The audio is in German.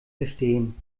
verstehen